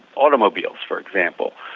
automobiles for example.